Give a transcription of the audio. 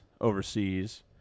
overseas